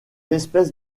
espèces